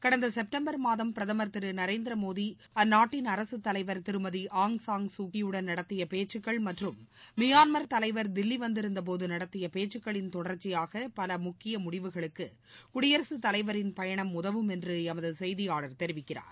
கடந்த செப்டம்பர் மாதம் பிரதமர் திரு நரேந்திரமோடி மியான்மரில் அந்நாட்டு தலைவர் ஆங்சான் சூகியுடன் நடத்திய பேச்சுகள் மற்றம் மியான்மர் தலைவர் தில்லி வந்திருந்தபோது நடத்திய பேச்சுகளின் தொடர்ச்சியாக பல முக்கிய முடிவுகளுக்கு குடியரசு தலைவரின் பயணம் உதவும் என்று எமது செய்தியாளர் தெரிவிக்கிறார்